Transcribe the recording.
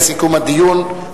לסיכום הדיון,